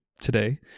today